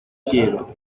quiero